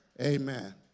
Amen